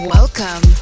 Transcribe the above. Welcome